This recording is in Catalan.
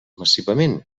massivament